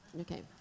Okay